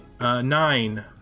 nine